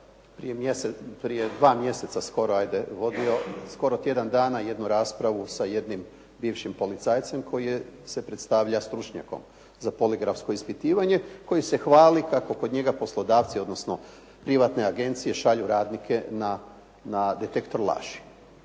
prije 2 mjeseca skoro, hajde, vodio skoro tjedan dana jednu raspravu sa jednim bivšim policajcem koji se predstavlja stručnjakom za poligrafsko ispitivanje, koji se hvali kako kod njega poslodavci, odnosno privatne agencije šalju radnike na detektor laži.